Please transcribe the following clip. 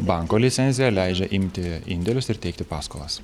banko licencija leidžia imti indėlius ir teikti paskolas